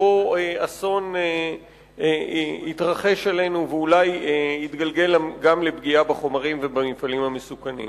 אסון יתרחש עלינו ואולי יתגלגל גם לפגיעה בחומרים ובמפעלים המסוכנים.